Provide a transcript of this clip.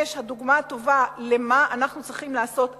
הדוגמה הטובה למה שאנחנו צריכים לעשות עכשיו.